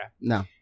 No